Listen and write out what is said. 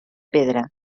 pedra